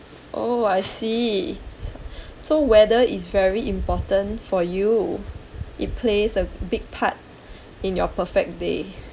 oh I see s~ so weather is very important for you it plays a big part in your perfect day